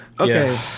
Okay